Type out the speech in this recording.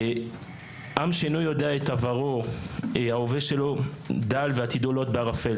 עם שאינו יודע את עברו ההווה שלו דל ועתידו לוט בערפל,